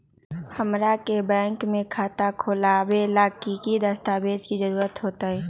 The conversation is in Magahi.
हमरा के बैंक में खाता खोलबाबे ला की की दस्तावेज के जरूरत होतई?